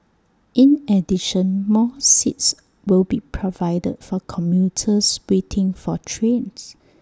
in addition more seats will be provided for commuters waiting for trains